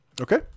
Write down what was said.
Okay